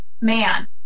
man